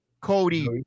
Cody